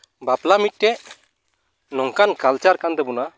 ᱵᱟᱯᱞᱟ ᱢᱤᱫᱴᱮᱱ ᱱᱚᱝᱠᱟᱱ ᱠᱟᱞᱪᱟᱨ ᱠᱟᱱ ᱛᱟᱵᱚᱱᱟ